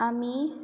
आमी